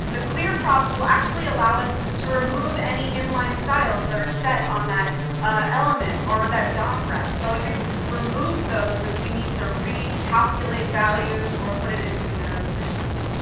the clearprops will actually allow us to remove any inline styles that are set on that element or that dom ref. so we can remove those if we need to recalculate values or put it into another position.